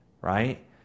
right